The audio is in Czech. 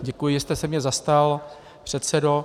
Děkuji, že jste se mne zastal, předsedo.